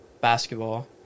basketball